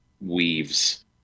weaves